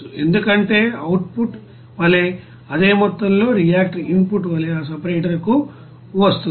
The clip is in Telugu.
ఎందుకంటే అవుట్ పుట్ వలే అదే మొత్తంలో రియాక్టర్ ఇన్ పుట్ వలే ఆ సపరేటర్ కు వస్తుంది